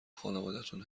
خونوادتون